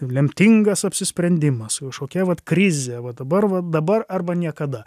lemtingas apsisprendimas kažkokia vat krizė va dabar va dabar arba niekada